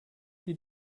die